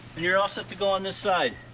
you're all set to go on this side!